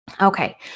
Okay